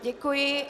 Děkuji.